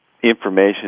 Information